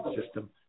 System